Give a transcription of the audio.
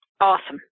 awesome